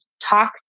talk